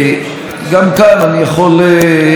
גם כאן אני יכול לומר,